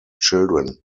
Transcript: children